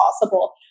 possible